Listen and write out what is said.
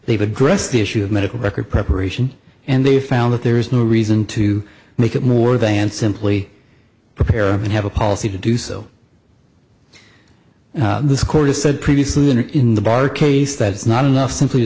they've addressed the issue of medical record preparation and they found that there is no reason to make it more than simply prepare and have a policy to do so this court has said previously in the bar case that's not enough simply